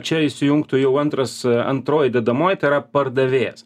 čia įsijungtų jau antras antroji dedamoji tai yra pardavėjas